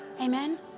amen